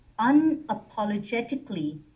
unapologetically